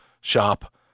shop